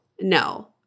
no